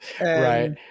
Right